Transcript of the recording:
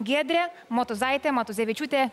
giedrė motuzaitė matuzevičiūtė